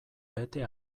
bete